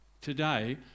today